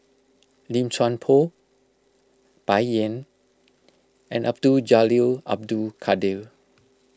Lim Chuan Poh Bai Yan and Abdul Jalil Abdul Kadir